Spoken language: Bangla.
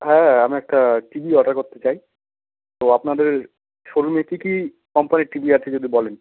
হ্যাঁ আমি একটা টি ভি অর্ডার করতে চাই তো আপনাদের শোরুমে কী কী কোম্পানির টি ভি আছে যদি বলেন